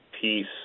peace